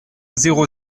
zéro